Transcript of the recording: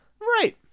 right